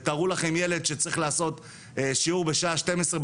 ותארו לכם ילד שצריך לעשות שיעור בשעה שתים עשרה